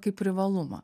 kaip privalumą